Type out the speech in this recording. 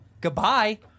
Goodbye